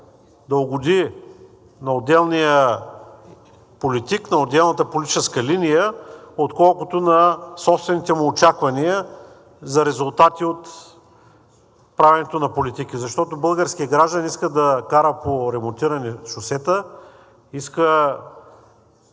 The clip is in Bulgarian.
да угоди на отделния политик, на отделната политическа линия, отколкото на собствените му очаквания за резултати от правенето на политики. Защото българският гражданин иска да кара по ремонтирани шосета, иска